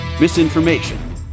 misinformation